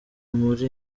muri